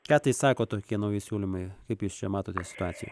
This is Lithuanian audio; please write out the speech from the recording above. ką tai sako tokie nauji siūlymai kaip jūs čia matote situaciją